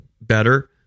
better